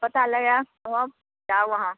पता लगाके कहब जाउ अहाँ